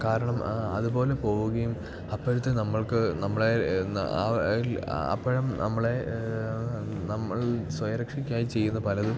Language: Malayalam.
കാരണം ആ അത്പോലെ പോവുകയും അപ്പോഴത്തെ നമ്മൾക്ക് നമ്മളെ എന്നാൽ അത് അല്ല അപ്പോഴും നമ്മളെ അത് നമ്മൾ സ്വയ രക്ഷക്കായി ചെയ്യുന്ന പലതും